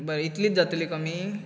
बरें इतलीत जातली कमी